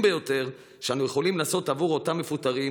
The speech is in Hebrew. ביותר שאנחנו יכולים לעשות עבור אותם מפוטרים,